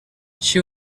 she